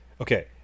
Okay